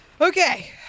Okay